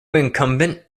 incumbent